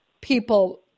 people